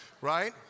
Right